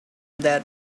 that